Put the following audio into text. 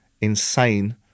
insane